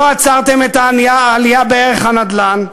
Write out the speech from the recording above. לא עצרתם את העלייה בערך הנדל"ן.